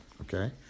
okay